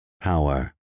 power